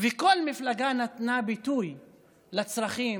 וכל מפלגה נתנה ביטוי לצרכים,